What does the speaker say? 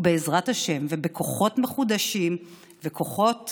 בעזרת השם ובכוחות מחודשים וכוחות